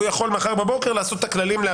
הוא יכול מחר בבוקר לעשות את הכללים.